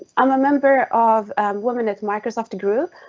i'm a member of woman at microsoft groove.